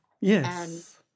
yes